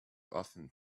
often